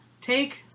Take